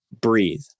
breathe